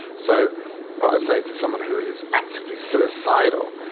so what i'd say to someone who is actively suicidal,